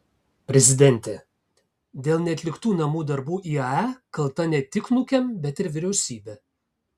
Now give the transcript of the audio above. prezidentė dėl neatliktų namų darbų iae kalta ne tik nukem bet ir vyriausybė